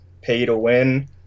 pay-to-win